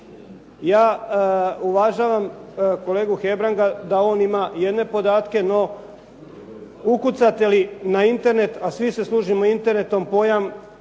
Ja uvažavam kolegu Hebranga da on ima jedne podatke, no ukucate li na Internet a svi se služimo internetom pojam